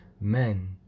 men